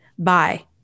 Bye